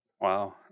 wow